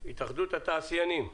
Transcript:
התאחדות התעשיינים,